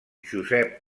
josep